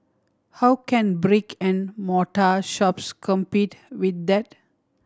how can brick and mortar shops compete with that